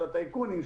של הטייקונים,